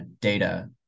data